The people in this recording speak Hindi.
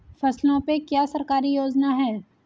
फसलों पे क्या सरकारी योजना है?